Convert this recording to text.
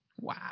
Wow